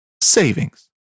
savings